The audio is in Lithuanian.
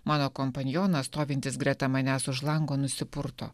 mano kompanionas stovintis greta manęs už lango nusipurto